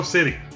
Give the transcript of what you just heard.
City